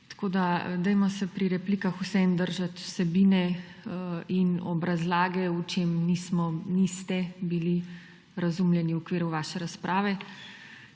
ni. Dajmo se pri replikah vseeno držati vsebine in obrazložitve, v čem nismo, niste bili razumljeni v okviru vaše razprave.